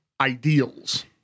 ideals